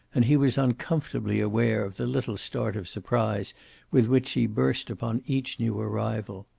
and he was uncomfortably aware of the little start of surprise with which she burst upon each new arrival,